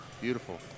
Beautiful